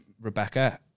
Rebecca